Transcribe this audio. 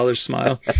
smile